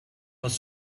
was